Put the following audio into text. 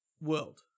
world